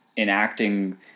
enacting